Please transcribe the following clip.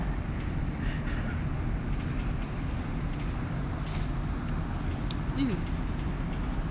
this is